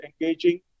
engaging